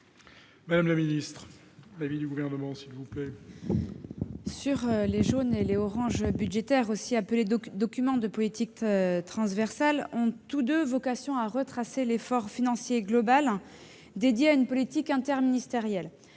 Quel est l'avis du Gouvernement ? Les « jaunes » et les « oranges » budgétaires, aussi appelés documents de politique transversale, ont tous deux vocation à retracer l'effort financier global dédié à une politique interministérielle.